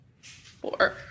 four